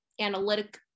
analytic